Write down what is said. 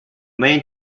main